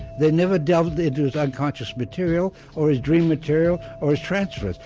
they'd never delved into his unconscious material or his dream material or his transfers.